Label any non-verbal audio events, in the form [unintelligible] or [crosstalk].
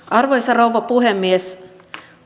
[unintelligible] arvoisa rouva puhemies